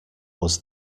was